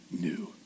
new